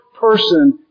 person